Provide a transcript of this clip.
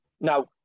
now